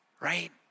Right